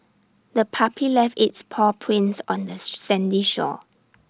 the puppy left its paw prints on this sandy shore